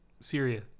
Syria